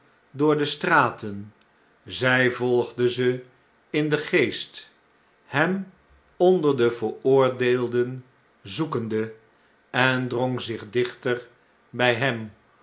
door de straten zo volgde ze in den geest hem onder de veroordeelden zoekende en drona zich dichter by hem